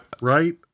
Right